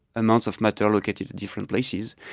amounts of matter located at different places,